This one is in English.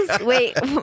Wait